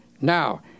Now